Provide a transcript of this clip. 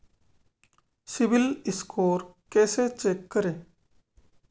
CIBIL score कैसे check करें?